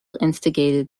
instigated